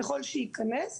ככל שייכנס,